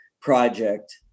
project